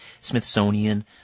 Smithsonian